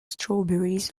strawberries